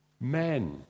Men